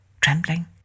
trembling